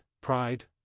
pride